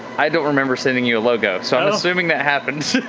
i don't remember sending you a logo so i'm assuming that happened.